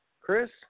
Chris